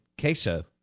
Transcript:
queso